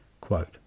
Quote